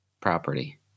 property